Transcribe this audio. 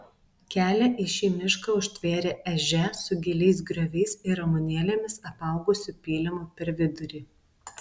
kelią į šį mišką užtvėrė ežia su giliais grioviais ir ramunėlėmis apaugusiu pylimu per vidurį